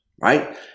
right